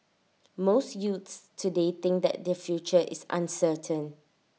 most youths today think that their future is uncertain